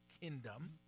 kingdom